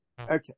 Okay